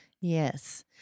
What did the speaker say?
Yes